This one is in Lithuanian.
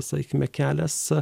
sakykime kelias